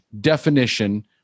definition